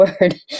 word